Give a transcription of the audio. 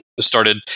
Started